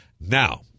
Now